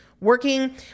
working